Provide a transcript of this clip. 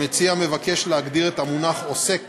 העונש שנקבע